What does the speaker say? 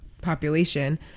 population